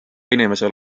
inimesel